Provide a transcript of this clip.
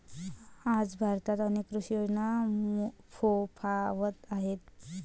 आज भारतात अनेक कृषी योजना फोफावत आहेत